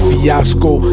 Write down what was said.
Fiasco